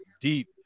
deep